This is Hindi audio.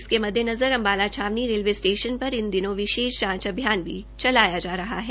इसके मददेनज़र अम्बाला छावनी रेलवे स्टेशन पर इन दिनों विशेष जांच अभियान भी चलाया जा रहा है